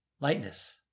lightness